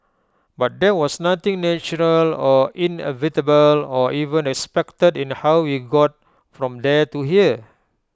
but there was nothing natural or inevitable or even expected in how we got from there to here